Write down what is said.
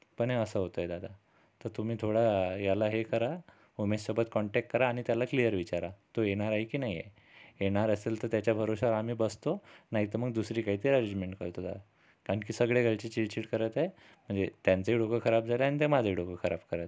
पण हे असं होतंय दादा तर तुमी थोडं याला हे करा उमेशसोबत कॉन्टॅक करा आणि त्याला क्लिअर विचारा तो येणार आहे की नाही आहे येणार असेल तर त्याच्या भरवशावर आम्ही बसतो नाहीतर मग दुसरी काही ते अरजमेंट करतो दादा कारण की सगळे घरचे चिडचिड करत आहे म्हणजे त्यांचंही डोकं खराब झालंय आणि ते माझंही डोकं खराब करत आहे